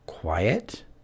Quiet